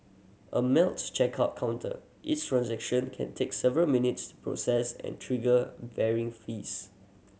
a Melt's checkout counter each transaction can take several minutes to process and trigger varying fees